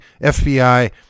FBI